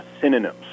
synonyms